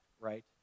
right